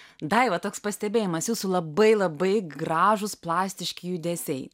daiva toks pastebėjimas jūsų labai labai gražūs plastiški judesiai